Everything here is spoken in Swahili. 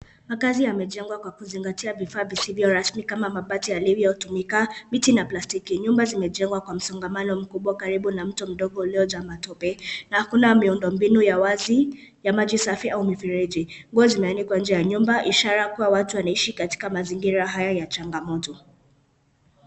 Makaazi yamejengwa kwa kuzingatia vifaa visivyo rasmi kama mabati yalitomika, miti na plastiki. Nyumba zimejengwa kwa msongamano mkubwa karibu na mto mdogo uliyojaa matope na hakuna miundo mbinu ya wazi ya maji safi au mifereji. Nguo zimeanikwa nje ya nyumba ishara kuwa watu wanaishi katika mazingira haya ya changamoto.